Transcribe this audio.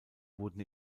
wurden